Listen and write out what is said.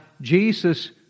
Jesus